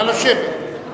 נא לשבת.